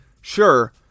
Sure